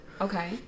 Okay